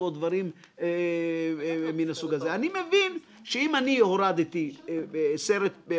בכלל זה הדרכות והטמעות לבעלי תפקידים שונים בנושאי ספרי לימוד,